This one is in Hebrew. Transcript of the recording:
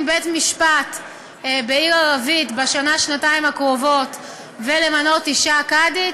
להקים בית-משפט בעיר ערבית ולמנות אישה קאדית,